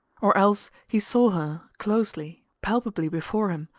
or else he saw her, closely, palpably before him,